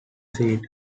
seat